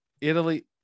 italy